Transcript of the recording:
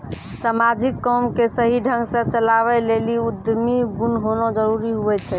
समाजिक काम के सही ढंग से चलावै लेली उद्यमी गुण होना जरूरी हुवै छै